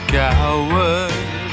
coward